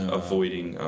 avoiding